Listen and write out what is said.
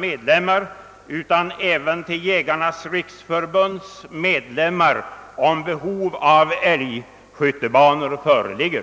medlemmar utan även till Jägarnas riksförbunds medlemmar, om behov av sådana skyttebanor föreligger.